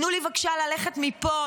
תנו לי בבקשה ללכת מפה?